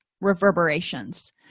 reverberations